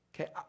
Okay